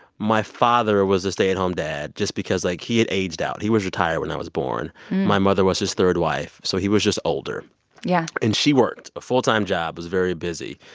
my father was a stay-at-home dad just because, like, he had aged out. he was retired when i was born. my mother was his third wife, so he was just older yeah and she worked a full-time job, was very busy.